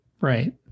right